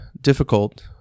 difficult